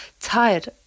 tired